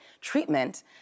treatment